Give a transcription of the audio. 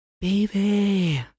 Baby